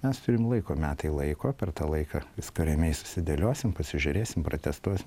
mes turim laiko metai laiko per tą laiką viską ramiai susidėliosim pasižiūrėsim pratęstuosim